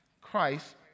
Christ